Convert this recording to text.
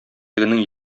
тегенең